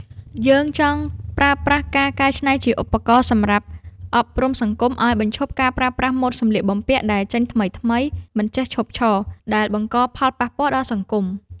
យើងចង់ប្រើប្រាស់ការកែច្នៃជាឧបករណ៍សម្រាប់អប់រំសង្គមឱ្យបញ្ឈប់ការប្រើប្រាស់ ម៉ូដសម្លៀកបំពាក់ដែលចេញថ្មីៗមិនចេះឈប់ឈរ ដែលបង្កផលប៉ះពាល់ដល់សង្គម។